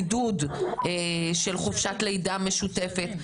עידוד של חופשת לידה משותפת,